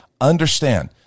Understand